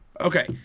Okay